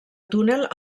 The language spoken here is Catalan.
túnel